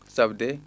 Sabde